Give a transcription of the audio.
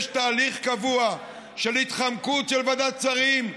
יש תהליך קבוע של התחמקות של ועדת שרים,